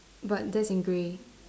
but that's in grey